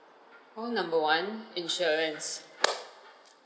call number one insurance